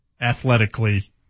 athletically